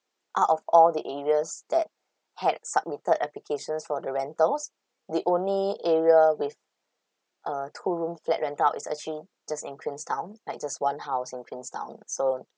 out of all the areas that had submitted applications for the rentals the only area with uh two room flat rent out is actually just in queenstown like just one house in queenstown so